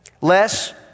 Less